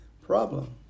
problem